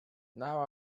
now